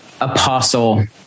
apostle